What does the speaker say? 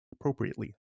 appropriately